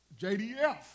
JDF